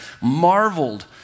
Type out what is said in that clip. marveled